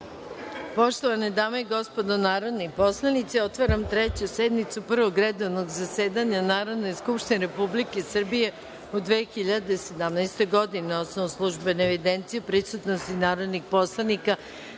Poštovane dame i gospodo narodni poslanici, otvaram Treću sednicu Prvog redovnog zasedanja Narodne skupštine Republike Srbije u 2017. godini. Na osnovu službene evidencije o prisutnosti narodnih poslanika,